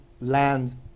land